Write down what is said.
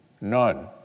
None